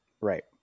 Right